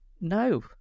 No